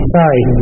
Sorry